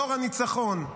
דור הניצחון.